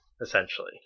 essentially